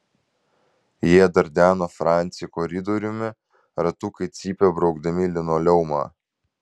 jie dardeno francį koridoriumi ratukai cypė braukdami linoleumą